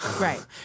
right